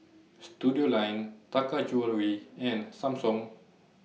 Studioline Taka Jewelry and Samsung